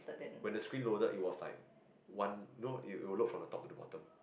when the screen loaded it was like one know it will load form the top to the bottom